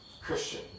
Christian